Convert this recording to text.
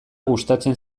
gustatzen